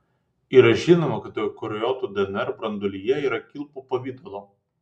yra žinoma kad eukariotų dnr branduolyje yra kilpų pavidalo